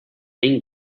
een